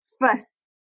first